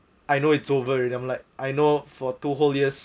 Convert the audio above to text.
I know it's over already then like I know for two whole years